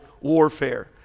warfare